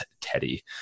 Teddy